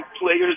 players